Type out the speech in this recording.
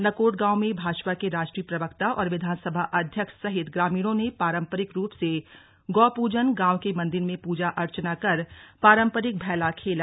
नकोट गांव में भाजपा राष्ट्रीय प्रवक्ता और विधानसभा अध्यक्ष सहित ग्रामीणों ने पारंपरिक रूप से गौपूजन गांव के मंदिर में पूजा अर्चना कर पारंपरिक भैला खेला